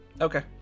okay